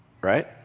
right